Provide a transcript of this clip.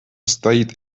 состоит